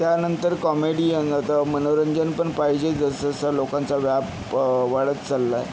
त्यानंतर कॉमेडियन आता मनोरंजन पण पाहिजे जसंजसं लोकांचा व्याप वाढत चाललाय